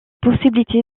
possibilité